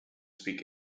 speak